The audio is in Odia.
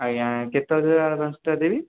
ଆଜ୍ଞା ଆଜ୍ଞା ସୁଦ୍ଧା ଦେବି